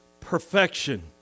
perfection